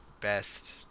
best